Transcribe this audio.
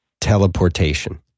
teleportation